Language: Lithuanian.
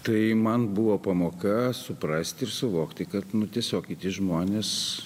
tai man buvo pamoka suprasti ir suvokti kad nu tiesiog kiti žmonės